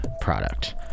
product